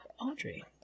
Audrey